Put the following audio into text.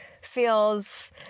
feels